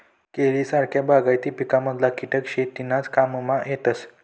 केळी सारखा बागायती पिकमधला किटक शेतीनाज काममा येतस